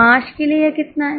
मार्च के लिए यह कितना हैं